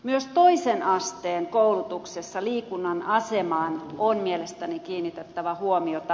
myös toisen asteen koulutuksessa liikunnan asemaan on mielestäni kiinnitettävä huomiota